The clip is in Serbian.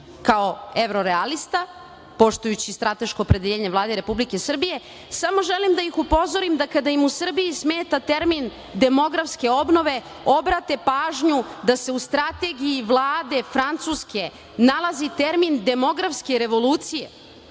kao evro realista, poštujući strateško opredeljenje Vlade Republike Srbije, samo želim da ih upozorim da kada im u Srbiji smeta termin demografske obnove obrate pažnju da se u strategiji Vlade Francuske nalazi termin demografske revolucije,